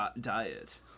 diet